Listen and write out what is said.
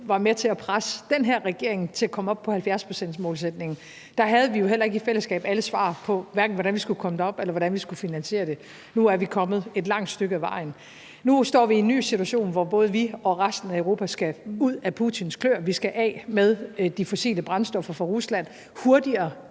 var med til at presse den her regering til at komme op på 70-procentsmålsætningen. Der havde vi jo heller ikke i fællesskab alle svar, hverken på, hvordan vi skulle komme derop, eller på, hvordan vi skulle finansiere det. Nu er vi kommet et langt stykke ad vejen. Nu står vi i en ny situation, hvor både vi og resten af Europa skal ud af Putins kløer. Vi skal af med de fossile brændstoffer fra Rusland hurtigere